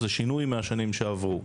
זה שינוי מהשנים שעברו.